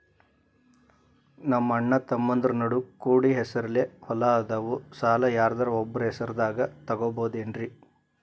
ನಮ್ಮಅಣ್ಣತಮ್ಮಂದ್ರ ನಡು ಕೂಡಿ ಹೆಸರಲೆ ಹೊಲಾ ಅದಾವು, ಸಾಲ ಯಾರ್ದರ ಒಬ್ಬರ ಹೆಸರದಾಗ ತಗೋಬೋದೇನ್ರಿ?